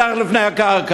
מתחת לפני הקרקע.